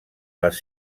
les